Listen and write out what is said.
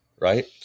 right